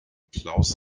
klaus